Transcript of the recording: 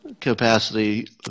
capacity